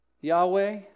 Yahweh